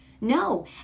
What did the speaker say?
no